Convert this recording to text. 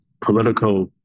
political